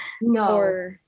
No